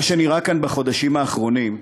מה שנראה כאן בחודשים האחרונים,